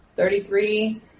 Thirty-three